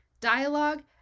dialogue